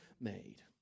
made